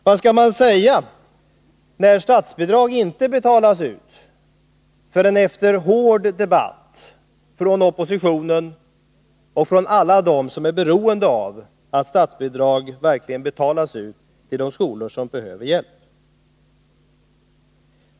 Vad skall man säga, när statsbidrag inte betalas ut förrän efter hård debatt från oppositionen och från alla dem som är beroende av att statsbidrag verkligen betalas ut till de skolor som behöver hjälp?